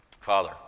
Father